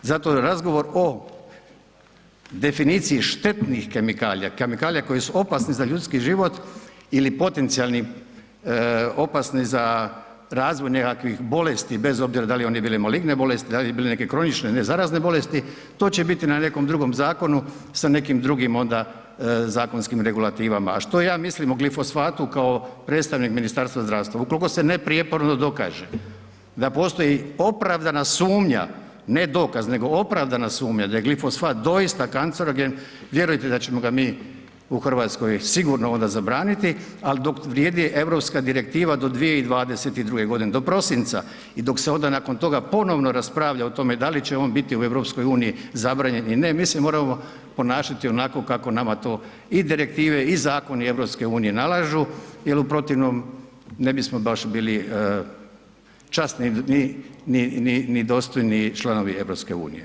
Zato razgovor o definiciji štetnih kemikalija, kemikalija koje su opasne za ljudski život ili potencijalni opasni za razvoj nekakvih bolesti bez obzira da li oni bili maligne bolesti, da li bi bili neke kronične nezarazne bolesti, to će biti na nekom drugom zakonu sa nekim drugim onda zakonskim regulativama, a što ja mislim o glifosatu kao predstavnik Ministarstva zdravstva, ukoliko se ne prijeporno ne dokaže da postoji opravdana sumnja, ne dokaz nego opravdana sumnja da je glifosat doista kancerogen, vjerujte da ćemo ga mi u Hrvatskoj sigurno onda zabraniti, ali dok vrijedi Europska Direktiva do 2022.-ge godine do prosinca, i dok se onda nakon toga ponovno raspravlja o tome da li će on biti u Europskoj uniji zabranjen ili ne, mi se moramo ponašati onako kako nama to i Direktive, i Zakoni Europske unije nalažu jer u protivnom ne bismo baš bili časni ni, ni dostojni članovi Europske unije.